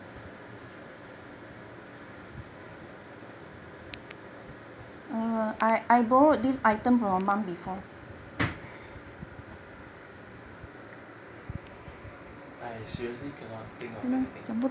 I seriously cannot think of anything